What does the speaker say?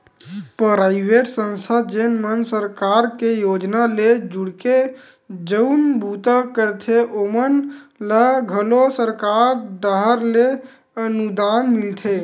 private संस्था जेन मन सरकार के योजना ले जुड़के जउन बूता करथे ओमन ल घलो सरकार डाहर ले अनुदान मिलथे